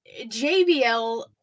jbl